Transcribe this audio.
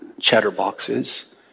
Chatterboxes